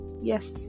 yes